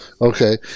Okay